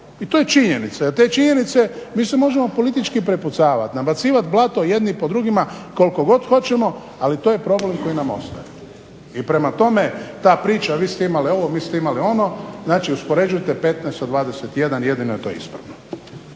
i to je činjenica. I oko te činjenice mi se možemo politički prepucavati, nabacivati blato jedni po drugima koliko god hoćemo ali to je problem koji nam ostaje. I prema tome, ta priča vi ste imali ovo, vi ste imali ono, znači uspoređujte 15 sa 21 jedino je to ispravno.